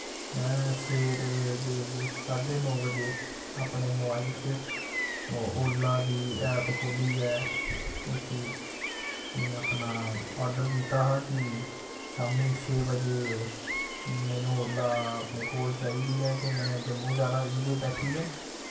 मैं सवेरे दे साढे नौ बजे अपने मोबाइल च ओला दी एप्प खोह्ल्लियै उस्सी एह् अपना आर्डर कीत्ता हा कि शाम्मी छे बजे मैनु ओला अपने कोल चाहिदी ऐ ते में जम्मू जाना एह्दे बैठियै